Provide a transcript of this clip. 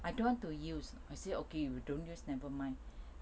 I don't want to use I say okay you don't use never mind